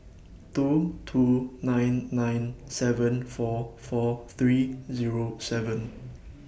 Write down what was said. two two nine nine seven four four three Zero seven